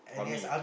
army